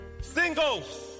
Singles